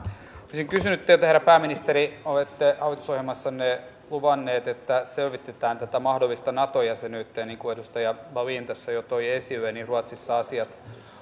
olisin kysynyt teiltä herra pääministeri kun olette hallitusohjelmassanne luvanneet että selvitetään tätä mahdollista nato jäsenyyttä ja niin kuin edustaja wallin tässä jo toi esille ruotsissa asiat